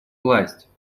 власть